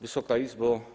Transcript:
Wysoka Izbo!